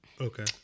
Okay